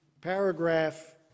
paragraph